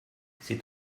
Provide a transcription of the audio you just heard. c’est